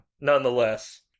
nonetheless